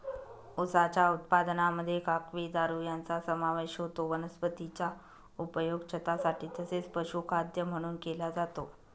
उसाच्या उत्पादनामध्ये काकवी, दारू यांचा समावेश होतो वनस्पतीचा उपयोग छतासाठी तसेच पशुखाद्य म्हणून केला जातो